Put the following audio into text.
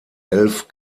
elf